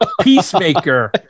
Peacemaker